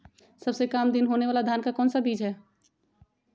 सबसे काम दिन होने वाला धान का कौन सा बीज हैँ?